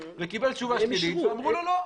הוא קיבל תשובה שלילית, אמרו לו לא.